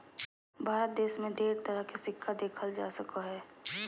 भारत देश मे ढेर तरह के सिक्का देखल जा सको हय